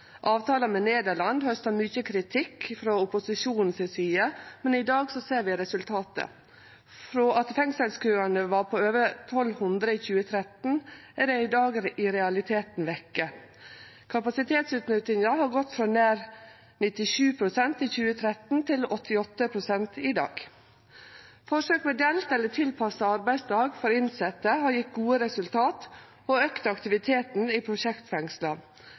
Avtala med Nederland hausta mykje kritikk frå opposisjonen si side, men i dag ser vi resultatet. Fengselskøen, som var på over 1 200 i 2013, er i dag i realiteten vekke. Kapasitetsutnyttinga har gått frå nær 97 pst. i 2013 til 88 pst. i dag. Forsøk med delt eller tilpassa arbeidsdag for innsette har gjeve gode resultat og auka aktiviteten i prosjektfengsla